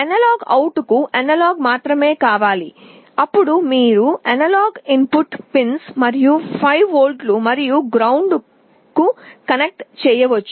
analogue out మీరు analogue input pins మరియు 5 వోల్ట్లు మరియు గ్రౌండ్కు కనెక్ట్ చేయవచ్చు